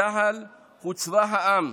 צה"ל הוא צבא העם,